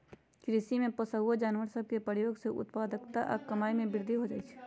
कृषि में पोअउऔ जानवर सभ के प्रयोग से उत्पादकता आऽ कमाइ में वृद्धि हो जाइ छइ